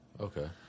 Okay